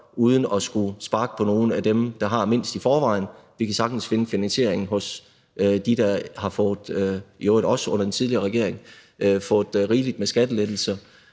uden at skulle sparke på nogle af dem, der har mindst i forvejen. Vi kan sagtens finde finansieringen hos dem, der har fået – i øvrigt også under den tidligere regering – rigeligt med skattelettelser,